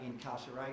incarceration